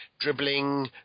dribbling